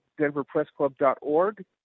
denverpressclub.org